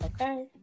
Okay